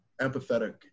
empathetic